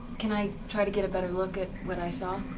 can i try to get a better look at what i saw?